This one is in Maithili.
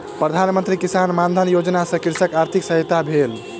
प्रधान मंत्री किसान मानधन योजना सॅ कृषकक आर्थिक सहायता भेल